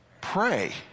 pray